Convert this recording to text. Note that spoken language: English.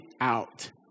out